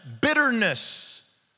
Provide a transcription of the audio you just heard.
bitterness